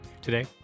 Today